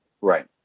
Right